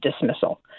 dismissal